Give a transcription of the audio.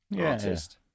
artist